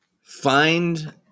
Find